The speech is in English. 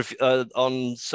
on